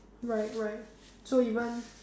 right right so even